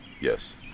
yes